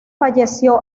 falleció